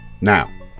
Now